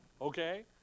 Okay